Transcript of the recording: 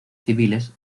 civiles